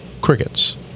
crickets